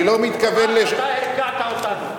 אני לא מתכוון, אתה הרגעת אותנו.